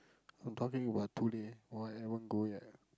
I'm talking about today why haven't go yet